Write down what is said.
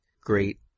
great